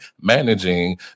managing